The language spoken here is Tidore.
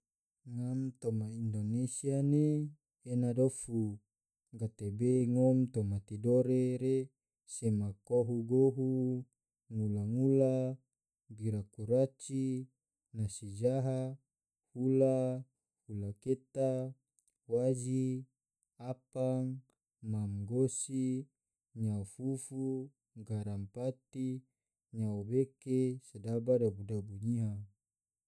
Ngam toma indonesia ne ena dofu gatebe ngom toma tidore re sema koi gohu, ngula-ngula, bira kuraci, nasi jaha, hula, hula keta, waji, apang, mam gosi, nyao fufu, garampati, nyao beke. sodaba dabu-dabu nyiha